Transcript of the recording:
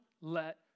let